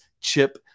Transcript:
Chip